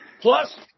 Plus